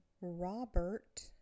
Robert